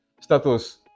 status